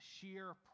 sheer